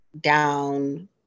down